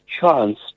chance